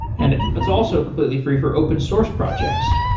and it's also completely free for open source projects.